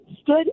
stood